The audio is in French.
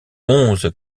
onze